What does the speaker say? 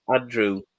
Andrew